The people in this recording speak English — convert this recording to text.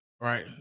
Right